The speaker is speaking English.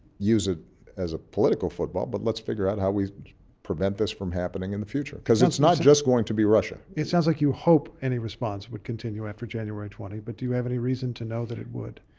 use it as a political football, but let's figure out how we prevent this from happening in the future. because it's not just going to be russia. it sounds like you hope any response would continue after january twenty. but do you have any reason to know that it would?